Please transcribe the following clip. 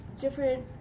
different